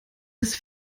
des